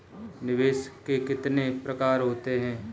निवेश के कितने प्रकार होते हैं?